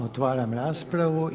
Otvaram raspravu.